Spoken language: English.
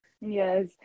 Yes